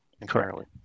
entirely